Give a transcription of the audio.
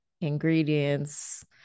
ingredients